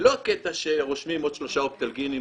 לא הקטע שרושמים עוד שלושה אופטלגינים